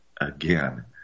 again